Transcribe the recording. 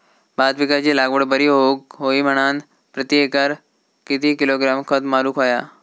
भात पिकाची लागवड बरी होऊक होई म्हणान प्रति एकर किती किलोग्रॅम खत मारुक होया?